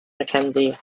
mackenzie